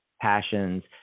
passions